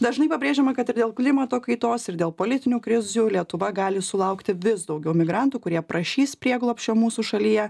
dažnai pabrėžiama kad ir dėl klimato kaitos ir dėl politinių krizių lietuva gali sulaukti vis daugiau migrantų kurie prašys prieglobsčio mūsų šalyje